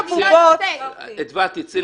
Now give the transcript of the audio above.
אדווה, צאי החוצה.